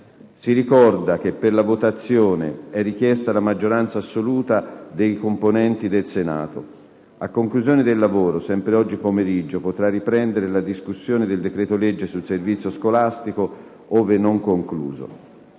Si ricorda che per la votazione è richiesta la maggioranza assoluta dei componenti del Senato. A conclusione del voto - sempre oggi pomeriggio - potrà riprendere la discussione del decreto-legge sul servizio scolastico, ove non concluso.